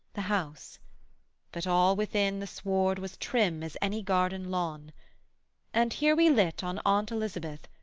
the house but all within the sward was trim as any garden lawn and here we lit on aunt elizabeth,